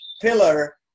pillar